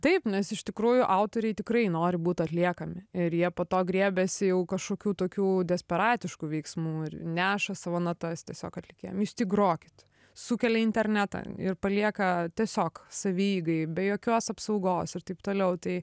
taip nes iš tikrųjų autoriai tikrai nori būt atliekami ir jie po to griebiasi jau kažkokių tokių desperatiškų veiksmų ir neša savo natas tiesiog atlikėjam jūs tik grokit sukelia į internetą ir palieka tiesiog savieigai be jokios apsaugos ir taip toliau tai